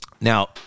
Now